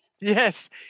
Yes